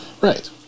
right